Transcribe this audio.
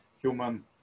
human